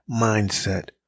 mindset